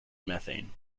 methane